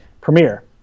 Premiere